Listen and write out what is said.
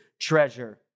treasure